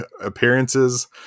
appearances